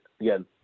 again